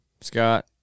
scott